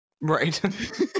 Right